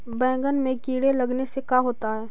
बैंगन में कीड़े लगने से का होता है?